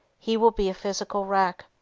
he will be a physical wreck.